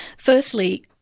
firstly,